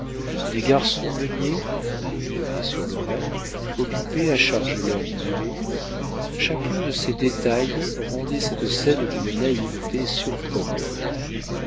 des garçons meuniers le bonnet sur l'oreille occupés à charger leurs mulets chacun de ces détails rendait cette scène d'une naïveté surprenante